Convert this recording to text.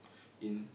in